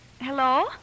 Hello